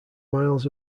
miles